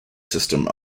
system